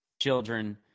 children